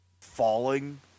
falling